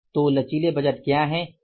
तो लचीले बजट क्या हैं